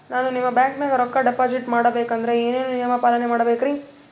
ನಾನು ನಿಮ್ಮ ಬ್ಯಾಂಕನಾಗ ರೊಕ್ಕಾ ಡಿಪಾಜಿಟ್ ಮಾಡ ಬೇಕಂದ್ರ ಏನೇನು ನಿಯಮ ಪಾಲನೇ ಮಾಡ್ಬೇಕ್ರಿ?